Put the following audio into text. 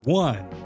one